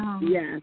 Yes